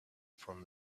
from